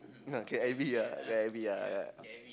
K_I_V ah K_I_V ah yeah